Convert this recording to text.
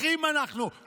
אחים אנחנו.